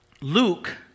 Luke